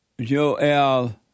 Joel